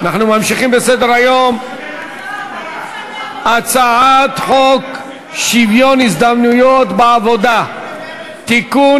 אנחנו ממשיכים בסדר-היום: הצעת חוק שוויון ההזדמנויות בעבודה (תיקון,